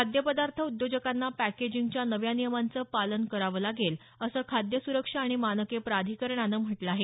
खाद्यपदार्थ उद्योजकांना पॅकेजिंग च्या नव्या नियमांचं पालन करावं लागेल असं खाद्य सुरक्षा आणि मानके प्राधिकरणानं म्हटलं आहे